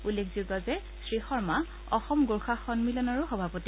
উল্লেখযোগ্য যে শ্ৰীশৰ্মা অসম গোৰ্খা সমিলনৰো সভাপতি